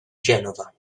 genova